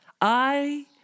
I